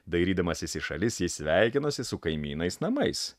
dairydamasis į šalis jis sveikinosi su kaimynais namais